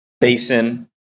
Basin